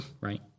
right